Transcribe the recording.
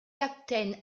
captain